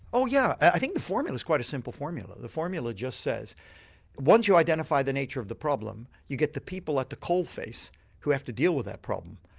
oh yeah. i think the formula is quite a simple formula, the formula just says once you identify the nature of the problem you get the people at the coal face who have to deal with that problem,